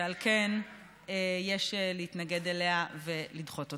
ועל כן יש להתנגד לה ולדחות אותה.